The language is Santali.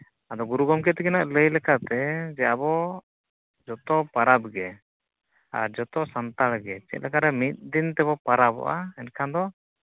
ᱟᱫᱚ ᱜᱩᱨᱩ ᱜᱚᱢᱠᱮ ᱛᱟᱹᱠᱤᱱᱟᱜ ᱞᱟᱹᱭ ᱞᱮᱠᱟᱛᱮ ᱡᱮ ᱟᱵᱚ ᱡᱚᱛᱚ ᱯᱚᱨᱚᱵᱽ ᱜᱮ ᱟᱨ ᱡᱚᱛᱚ ᱥᱟᱱᱛᱟᱲ ᱜᱮ ᱪᱮᱫ ᱞᱮᱠᱟᱨᱮ ᱢᱤᱫ ᱫᱤᱱ ᱛᱮᱵᱚᱱ ᱯᱚᱨᱚᱵᱚᱜᱼᱟ ᱢᱮᱱᱠᱷᱟᱱ ᱫᱚ